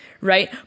right